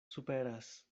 superas